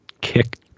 kick